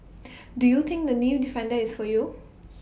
do you think the knee defender is for you